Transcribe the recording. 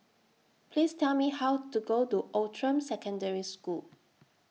Please Tell Me How to get to Outram Secondary School